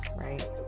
right